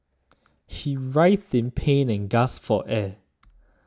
he writhed in pain and gasped for air